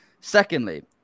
Secondly